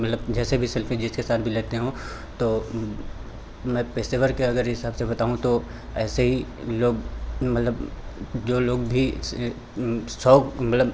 मतलब जैसे भी सेल्फ़ी जिसके साथ भी लेते हों तो मैं पेशेवर के अगर हिसाब से बताऊँ तो ऐसे ही लोग मतलब जो लोग भी से शौक मतलब